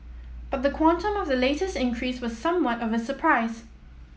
but the quantum of the latest increase was somewhat of a surprise